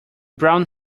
brown